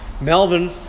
Melvin